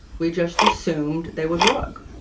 we just assumed they would work